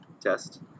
test